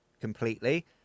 completely